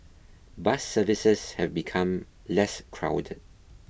bus services have become less crowded